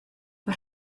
mae